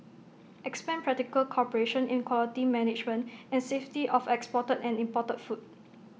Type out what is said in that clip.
expand practical cooperation in quality management and safety of exported and imported food